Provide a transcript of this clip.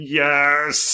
yes